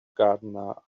gardener